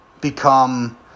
become